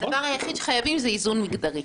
הדבר היחיד שחייבים זה איזון מגדרי.